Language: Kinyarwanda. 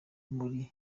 muri